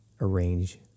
arrange